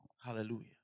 Hallelujah